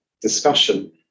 discussion